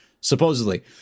supposedly